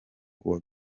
kuwa